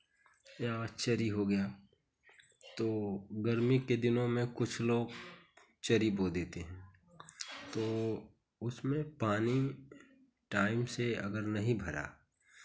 या चरी हो गया तो गर्मी के दिनों में कुछ लोग चरी बो देते हैं तो उसमें पानी टाइम से अगर नहीं भरा